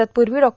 तत्पूर्वी डॉ